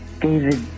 David